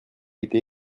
été